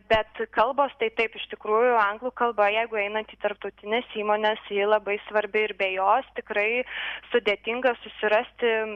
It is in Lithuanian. bet kalbos tai taip iš tikrųjų anglų kalba jeigu einat į tarptautines įmones ji labai svarbi ir be jos tikrai sudėtinga susirasti